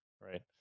right